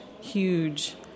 huge